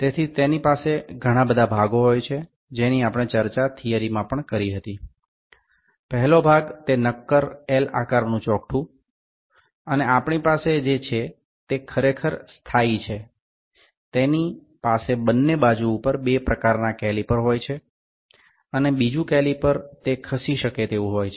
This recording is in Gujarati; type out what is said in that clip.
તેથી તેની પાસે ઘણા બધા ભાગો હોય છે જેની આપણે ચર્ચા થિયરીમા પણ કરી પહેલો ભાગ તે નક્કર એલ આકારનું ચોકઠું અને આપણી પાસે જે છે તે ખરેખર સ્થાયી છે તેની પાસે બંને બાજુ ઉપર બે પ્રકારના કેલીપર હોય છે અને બીજું કેલીપર તે ખસી શકે તેવું હોય છે